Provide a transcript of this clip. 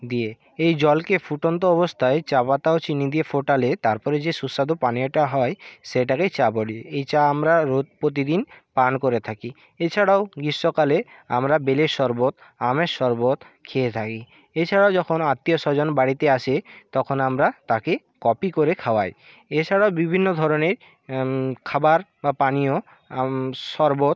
দিয়ে এই জলকে ফুটন্ত অবস্থায় চা পাতা ও চিনি দিয়ে ফোটালে তারপরে যে সুস্বাদু পানীয়টা হয় সেটাকেই চা বলি এই চা আমরা রোজ প্রতিদিন পান করে থাকি এছাড়াও গ্রীষ্মকালে আমরা বেলের শরবত আমের শরবত খেয়ে থাকি এছাড়াও যখন আত্মীয় স্বজন বাড়িতে আসে তখন আমরা তাকে কফি করে খাওয়াই এছাড়াও বিভিন্ন ধরনের খাবার বা পানীয় শরবত